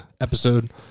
episode